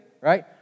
right